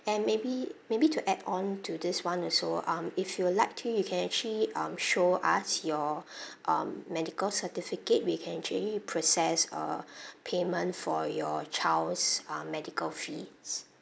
and maybe maybe to add on to this [one] also um if you will like to you can actually um show us your um medical certificate we can actually process uh payment for your child's uh medical fees